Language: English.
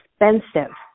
expensive